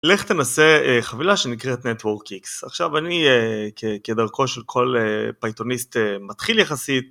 לך תנסה חבילה שנקראת NetworkX עכשיו אני כדרכו של כל פייטוניסט מתחיל יחסית.